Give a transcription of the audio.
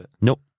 Nope